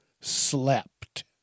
slept